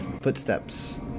footsteps